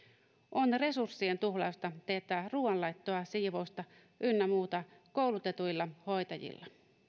on resurssien tuhlausta teettää ruoanlaittoa siivousta ynnä muuta koulutetuilla hoitajilla